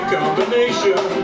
combination